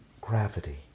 gravity